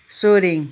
Soreng